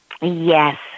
Yes